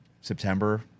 September